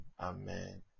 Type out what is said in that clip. Amen